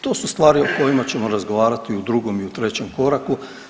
To su stvari o kojima ćemo razgovarati u drugom i u trećem koraku.